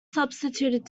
substituted